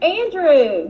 andrew